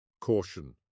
Caution